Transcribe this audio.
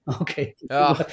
Okay